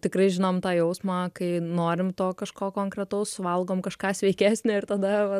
tikrai žinom tą jausmą kai norim to kažko konkretaus suvalgom kažką sveikesnio ir tada va